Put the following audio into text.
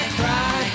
cry